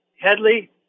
Headley